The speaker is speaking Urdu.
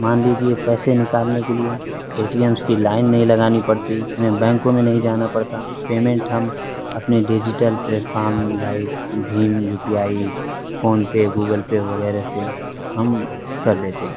مان لیجیے پیسے نکالنے کے لیے اے ٹی ایمس کی لائن نہیں لگانی پڑتی ہمیں بینکوں میں نہیں جانا پڑتا پیمنٹ ہم اپنے digital platform like BHIM U P I PhonePe Google pay وغیرہ سے ہم کر دیتے ہیں